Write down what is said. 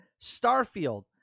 Starfield